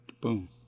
Boom